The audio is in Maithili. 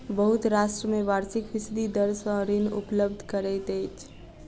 बहुत राष्ट्र में वार्षिक फीसदी दर सॅ ऋण उपलब्ध करैत अछि